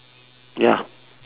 ya